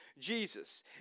Jesus